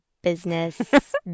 Business